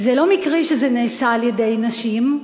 זה לא מקרי שזה נעשה על-ידי נשים,